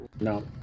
No